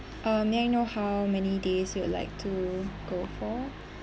uh may I know how many days you would like to go for